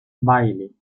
bailey